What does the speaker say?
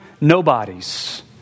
nobodies